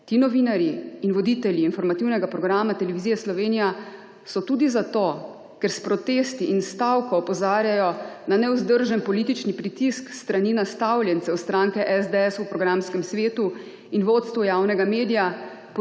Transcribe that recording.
ti novinarji in voditelji informativnega programa televizija Slovenija so tudi zato, ker s protesti in stavko opozarjajo na nevzdržen politični pritisk s strani nastavljencev stranke SDS v programskem svetu in vodstvu javnega medija